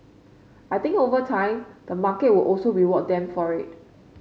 I think over time the market will also reward them for it